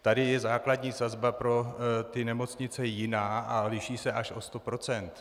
Tady je základní sazba pro nemocnice jiná a liší se až o 100 %.